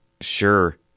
sure